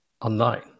online